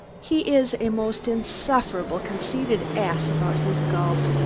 he is a most insufferably conceited ass about his golf,